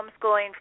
homeschooling